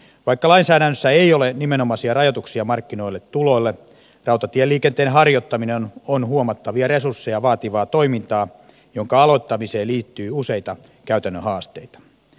vaikka lainsäädännössä ei ole nimenomaisia rajoituksia markkinoille tulolle rautatieliikenteen harjoittaminen on huomattavia resursseja vaativaa toimintaa jonka aloittamiseen liittyy useita käytännön haasteita